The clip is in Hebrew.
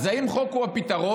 אז האם חוק הוא הפתרון?